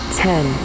ten